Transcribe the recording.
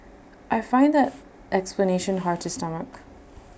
I find that explanation hard to stomach